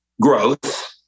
Growth